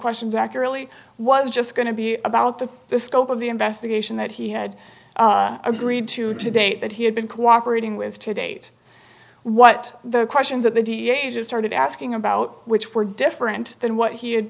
questions accurately was just going to be about the the scope of the investigation that he had agreed to today that he had been cooperating with to date what the questions that the dea agent started asking about which were different than what he had